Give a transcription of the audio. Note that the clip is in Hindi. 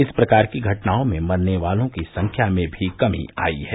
इस प्रकार की घटनाओं में मरने वालों की संख्या में भी कमी आई है